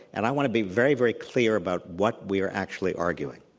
and i want to be very, very clear about what we are actually arguing.